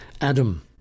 Adam